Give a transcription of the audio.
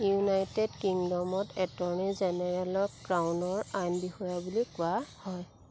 United কিংডমত attorney জেনেৰেলক ক্ৰাউনৰ আইন বিষয়া বুলি কোৱা হয়